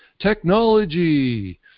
technology